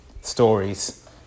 stories